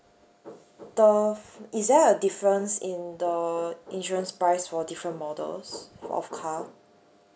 the is there a difference in the insurance price for different models of car